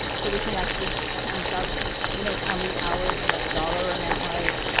so we can actually count up, you know, how many hours and what the dollar amount was.